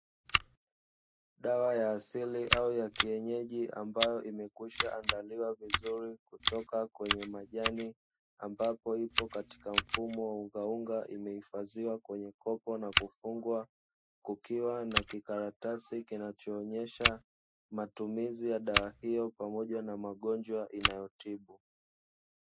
Dawa ya asili au ya kienyeji ambayo imekwisha andaliwa vizuri kutoka kwenye majani, ambayo ipo katika mfumo wa unga unga imehifadhiwa kwenye kopo na kufungwa. kukiwa na kikaratasi kinachoonesha matumizi ya dawa hiyo pamoja na magonjwa inayotibu.